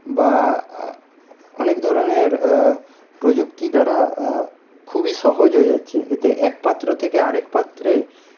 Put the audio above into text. বা অনেক ধরনের প্রযুক্তি দ্বারা খুবই সহজ হয়ে যাচ্ছে এতে এক পাত্র থেকে আরেক পাত্রে